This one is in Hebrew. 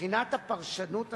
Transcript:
מבחינת הפרשנות הסבירה,